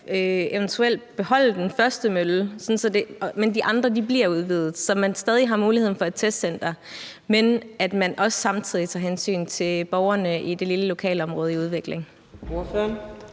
eventuelt kan beholde den første mølle, men udvide de andre, så man stadig har mulighed for et testcenter, og så man også samtidig tager hensyn til borgerne i det lille lokalområde i udvikling.